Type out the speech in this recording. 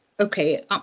okay